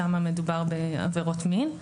שם מדובר בעבירות מין.